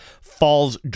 falls